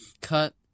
cut